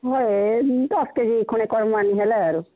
ହଏ ଦଶ୍ କେଜି ଖଣ୍ଡେ କରିମା ହେଲା ଆରୁ